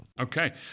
Okay